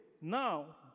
now